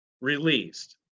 released